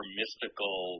mystical